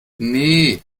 nee